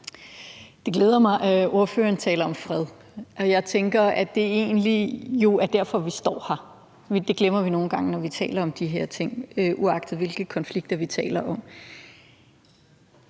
Det glæder mig, at ordføreren taler om fred. Jeg tænker, at det jo egentlig er derfor, vi står her. Det glemmer vi nogle gange, når vi taler om de her ting, altså uagtet hvilke konflikter vi taler om.